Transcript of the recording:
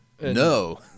No